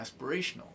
aspirational